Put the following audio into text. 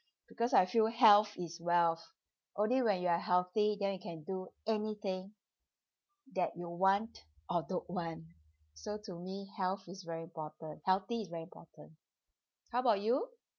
because I feel health is wealth only when you are healthy then you can do anything that you want or don't want so to me health is very important healthy is very important how about you